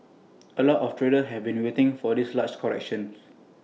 A lot of traders have been waiting for this large correction